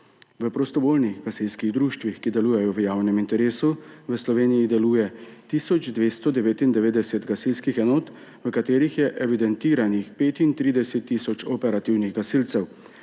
V prostovoljnih gasilskih društvih, ki delujejo v javnem interesu, v Sloveniji deluje tisoč 299 gasilskih enot, v katerih je evidentiranih 35 tisoč operativnih gasilcev,